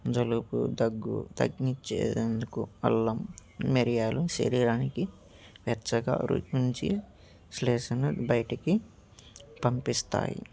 జలుబు దగ్గు తగ్గించేందుకు అల్లం మిరియాలు శరీరానికి వెచ్చగా ఉంచి శ్లేష్మాన్ని బయటికి పంపిస్తాయి